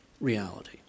reality